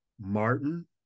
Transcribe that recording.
martin